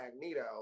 magneto